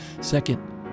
Second